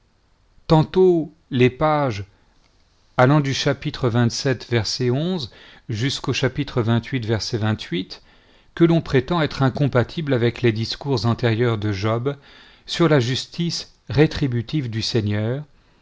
tantôt les pages allant du chapitre xx jusqu'au que l'on prétend être incompatibles avec les discours antérieurs de job sur la justice rétributive du seigneur